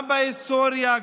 גם בהיסטוריה,